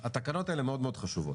התקנות האלה מאוד מאוד חשובות,